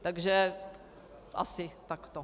Takže asi takto.